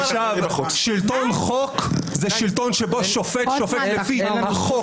שלטון חוק זה שלטון שבו שופט שופט לפי חוק,